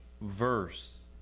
verse